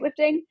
weightlifting